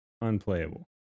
unplayable